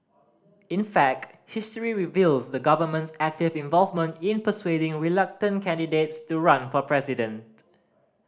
in fact history reveals the government's active involvement in persuading reluctant candidates to run for president